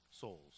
souls